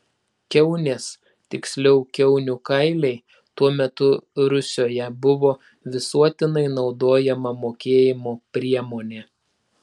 kiaunės tiksliau kiaunių kailiai tuo metu rusioje buvo visuotinai naudojama mokėjimo priemonė